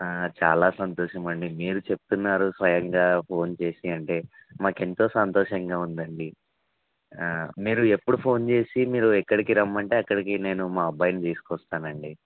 చాలా సంతోషం అండి మీరు చెప్తున్నారు స్వయంగా ఫోన్ చేసి అంటే మాకు ఎంతో సంతోషంగా ఉంది అండి మీరు ఎప్పుడు ఫోన్ చేసి మీరు ఎక్కడికి రమ్మంటే అక్కడికి నేను మా అబ్బాయిని తీసుకొస్తాను అండి